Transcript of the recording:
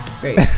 great